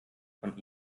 von